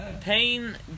pain